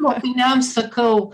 mokiniams sakau